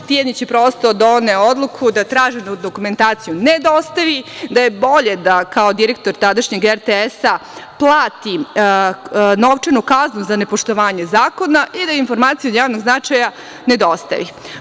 Tijanić je, prosto, doneo odluku da traženu dokumentaciju ne dostavi, da je bolje da kao direktor tadašnjeg RTS plati novčanu kaznu za nepoštovanje zakona i da informaciju od javnog značaja ne dostavi.